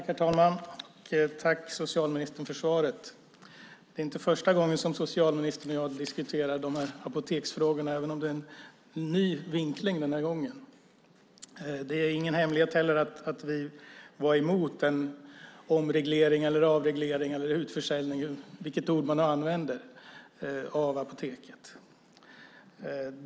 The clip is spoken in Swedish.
Herr talman! Tack, socialministern, för svaret! Det är inte första gången som socialministern och jag diskuterar apoteksfrågorna även om det den här gången är fråga om en ny vinkling. Det är inte heller någon hemlighet att vi var emot en omreglering, avreglering, utförsäljning, eller vilket ord man nu använder, av Apoteket.